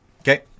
Okay